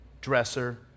dresser